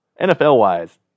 NFL-wise